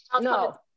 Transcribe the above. no